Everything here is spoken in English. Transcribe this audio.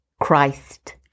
Christ